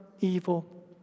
evil